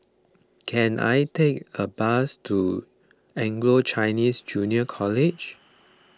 can I take a bus to Anglo Chinese Junior College